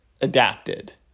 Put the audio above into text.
adapted